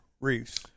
reefs